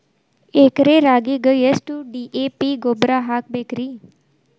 ಎಕರೆ ರಾಗಿಗೆ ಎಷ್ಟು ಡಿ.ಎ.ಪಿ ಗೊಬ್ರಾ ಹಾಕಬೇಕ್ರಿ?